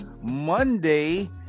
Monday